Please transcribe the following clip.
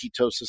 ketosis